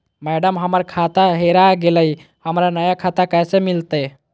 madam, हमर खाता हेरा गेलई, हमरा नया खाता कैसे मिलते